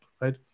Right